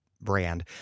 brand